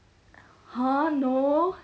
!huh! no